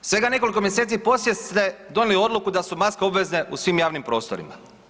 Svega nekoliko mjeseci poslije ste donijeli odluku da su maske obvezne u svim javnim prostorima.